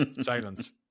Silence